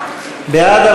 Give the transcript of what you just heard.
בעד,